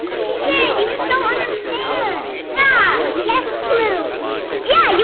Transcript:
she did you just don't understand yeah! yeah yeah you